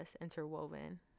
interwoven